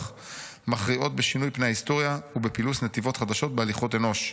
מכריעות בשינוי פני ההיסטוריה ובפילוס נתיבות חדשות בהליכות אנוש'.